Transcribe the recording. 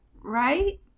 Right